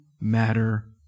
matter